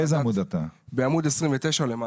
בעמוד 29 למטה,